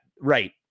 right